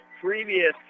previous